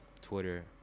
Twitter